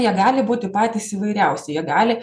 jie gali būti patys įvairiausi jie gali